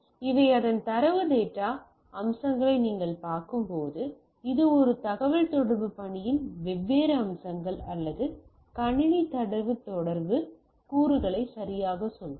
இவை அதன் தரவு தொடர்பு அம்சங்களை நீங்கள் பார்க்கும்போது இது ஒரு தகவல்தொடர்பு பணியின் வெவ்வேறு அம்சங்கள் அல்லது கணினி தரவு தொடர்பு கூறுகளை சரியாகச் சொல்வது